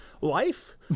life